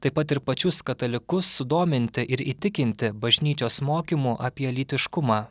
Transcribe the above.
taip pat ir pačius katalikus sudominti ir įtikinti bažnyčios mokymu apie lytiškumą